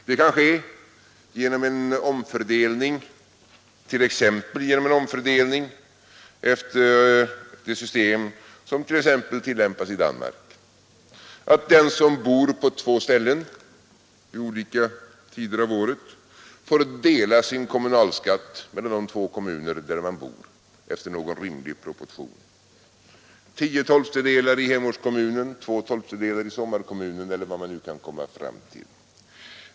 Det kan ske t.ex. genom en omfördelning efter det system som bl.a. tillämpas i Danmark, där den som bor i två kommuner vid olika tider av året får dela sin kommunalskatt mellan de två kommunerna efter någon rimlig proportion, t.ex. 10 12 i fritidskommunen eller vad man nu kan komma fram till.